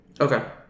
Okay